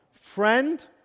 Friend